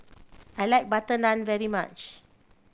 I like butter naan very much